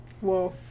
Whoa